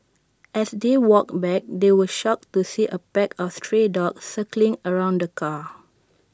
as they walked back they were shocked to see A pack of stray dogs circling around the car